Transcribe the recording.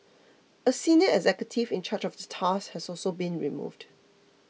a senior executive in charge of the task has also been removed